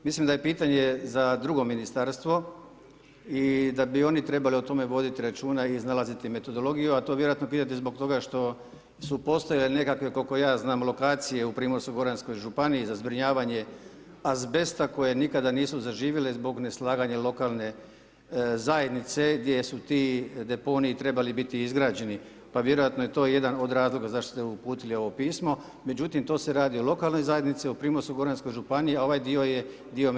Mislim da je pitanje za drugo Ministarstvo i da bi oni trebali o tome voditi računa i iznalaziti metodologiju, a to vjerojatno pitate zbog toga što su postojale nekakve, kol'ko ja znam, lokacije u Primorsko-goranskoj županiji za zbrinjavanje azbesta koje nikada nisu zaživjele zbog neslaganja lokalne zajednice gdje su ti deponiji trebali biti izgrađeni, pa vjerojatno je to jedan od razloga zašto ste uputili ovo pismo, međutim to se radi o lokalnoj zajednici, o Primorsko-goranskoj županiji, a ovaj dio je dio Ministarstva zaštite okoliša.